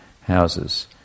houses